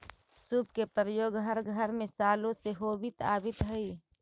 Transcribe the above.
सूप के प्रयोग हर घर में सालो से होवित आवित हई